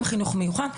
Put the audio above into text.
גם מהחינוך המיוחד,